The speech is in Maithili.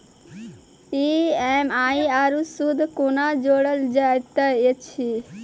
ई.एम.आई आरू सूद कूना जोड़लऽ जायत ऐछि?